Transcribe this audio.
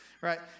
Right